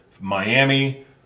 Miami